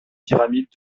pyramides